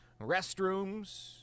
Restrooms